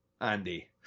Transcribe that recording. Andy